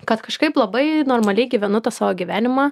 kad kažkaip labai normaliai gyvenu tą savo gyvenimą